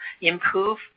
improve